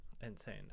Insane